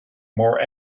more